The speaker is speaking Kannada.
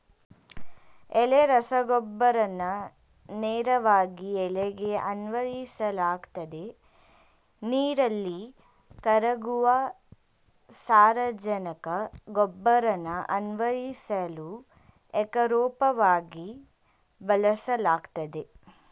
ಎಲೆ ರಸಗೊಬ್ಬರನ ನೇರವಾಗಿ ಎಲೆಗೆ ಅನ್ವಯಿಸಲಾಗ್ತದೆ ನೀರಲ್ಲಿ ಕರಗುವ ಸಾರಜನಕ ಗೊಬ್ಬರನ ಅನ್ವಯಿಸಲು ಏಕರೂಪವಾಗಿ ಬಳಸಲಾಗ್ತದೆ